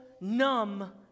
numb